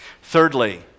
Thirdly